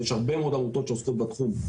ויש הרבה מאוד עמותות שעוסקות בתחום,